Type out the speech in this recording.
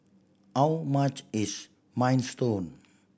how much is Minestrone